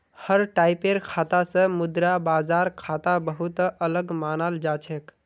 हर टाइपेर खाता स मुद्रा बाजार खाता बहु त अलग मानाल जा छेक